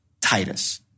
Titus